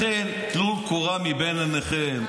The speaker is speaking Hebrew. לכן, טלו קורה מבין עיניכם.